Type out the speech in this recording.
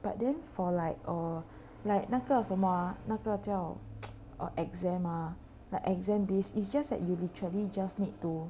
but then for like err like 那个什么那个叫 exam or like exam based it's just that you literally just need to